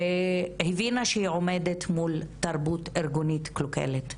הבינה שהיא עומדת מול תרבות ארגונית קלוקלת.